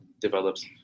develops